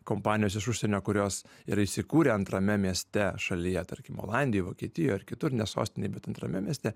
kompanijos iš užsienio kurios yra įsikūrę antrame mieste šalyje tarkim olandijoj vokietijoj ar kitur ne sostinėje bet antrame mieste